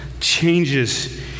changes